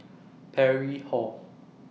Parry Hall